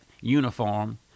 uniform